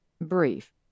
brief